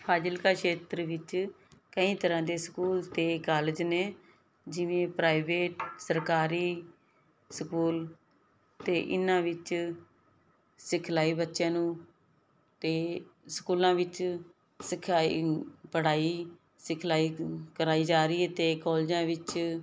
ਫਾਜਿਲਕਾ ਸ਼ੇਤਰ ਵਿੱਚ ਕਈ ਤਰ੍ਹਾਂ ਦੇ ਸਕੂਲ ਤੇ ਕਾਲਜ ਨੇ ਜਿਵੇਂ ਪ੍ਰਾਈਵੇਟ ਸਰਕਾਰੀ ਸਕੂਲ ਤੇ ਇਹਨਾਂ ਵਿੱਚ ਸਿਖਲਾਈ ਬੱਚਿਆਂ ਨੂੰ ਤੇ ਸਕੂਲਾਂ ਵਿੱਚ ਸਿਖਾਈ ਪੜਾਈ ਸਿਖਲਾਈ ਕਰਾਈ ਜਾ ਰਹੀ ਹੈ ਤੇ ਕਾਲਜਾਂ ਵਿੱਚ